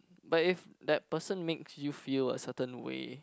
but if that person makes you feel a certain way